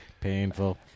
Painful